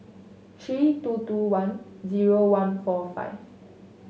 three two two one zero one four five